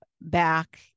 back